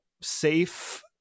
safe